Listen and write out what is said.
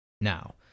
Now